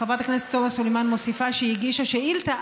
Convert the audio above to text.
חברת הכנסת תומא סלימאן מוסיפה שהיא הגישה שאילתה